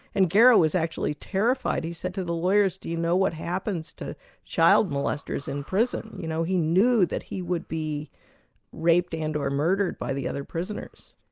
and garrow was actually terrified. he said to the lawyers, do you know what happens to child molesters in prison? you know, he knew that he would be raped and or murdered by the other prisoners.